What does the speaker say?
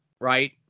Right